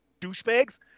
douchebags